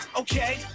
okay